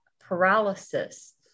paralysis